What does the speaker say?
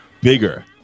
bigger